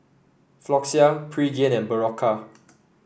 Floxia Pregain and Berocca